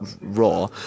raw